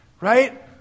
right